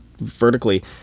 vertically